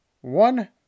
One